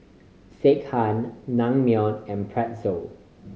Sekihan Naengmyeon and Pretzel